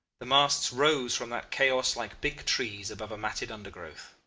the masts rose from that chaos like big trees above a matted undergrowth.